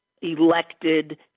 elected